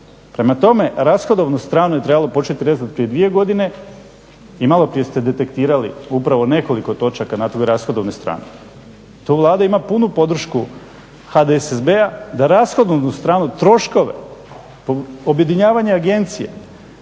Prema tome rashodovnu stranu je trebalo početi rezati prije dvije godine i malo prije ste detektirali upravo nekoliko točaka na toj rashodovnoj strani. To Vlada ima punu podršku HDSSB-a da rashodovnu stranu, troškove, objedinjavanja agencije,